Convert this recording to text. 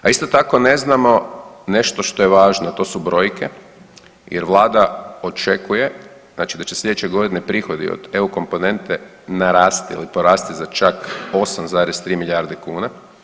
A isto tako ne znamo nešto što je važno, a to su brojke jer vlada očekuje znači da će slijedeće godine prihodi od EU komponente narasti ili porasti za čak 8,3 milijarde kuna.